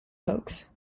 hoax